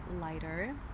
lighter